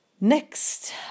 Next